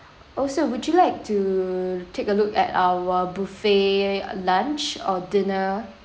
also would you like to take a look at our buffet lunch or dinner